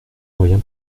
moyen